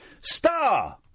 Star